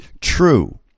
true